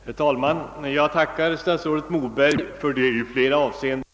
Herr talman! Jag tackar statsrådet Moberg för denna ytterligare komplettering.